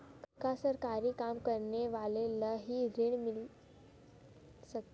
का सरकारी काम करने वाले ल हि ऋण मिल सकथे?